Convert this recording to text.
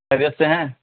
خیریت سے ہیں